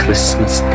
Christmas